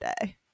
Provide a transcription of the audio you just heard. day